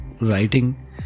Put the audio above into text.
Writing